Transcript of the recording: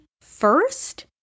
first